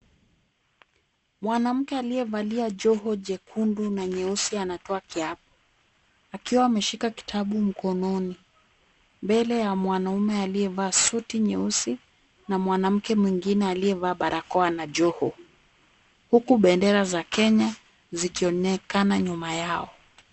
Mwanamke aliyevalia joho jekundu na nyeusi anatoa kiapo ,akiwa ameshika kitabu mkononi, mbele ya mwanamume aliyevaa suti nyeusi na mwanamke mwingine aliyevaa barakoa na joho ,huku bendera za Kenya zikionekana nyuma yao .